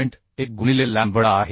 1 गुणिले लॅम्बडा आहे